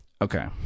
Okay